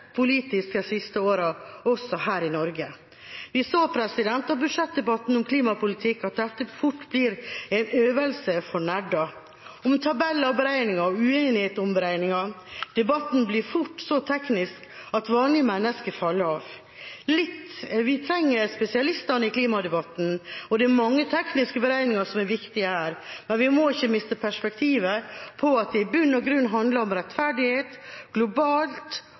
politisk de siste årene også her i Norge. Vi så av budsjettdebatten om klimapolitikk at dette fort blir en øvelse for nerder om tabeller og beregninger og uenighet om beregningene. Debatten blir fort så teknisk at vanlige mennesker faller av. Vi trenger spesialistene i klimadebatten, og det er mange tekniske beregninger som er viktige her, men vi må ikke miste perspektivet på at det i bunn og grunn handler om rettferdighet – globalt